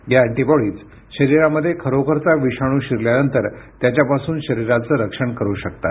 या अँटीबॉडीज शरीरामध्ये खरोखरचा विषाणू शिरल्यानंतर त्याच्यापासून शरीराचं रक्षण करु शकतात